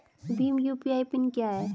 Bhim UPI PIN क्या है?